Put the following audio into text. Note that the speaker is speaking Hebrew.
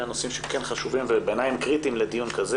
הנושאים שכן חשובים ובעיניי הם קריטיים לדיון כזה